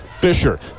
Fisher